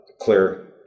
clear